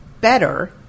better